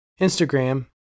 Instagram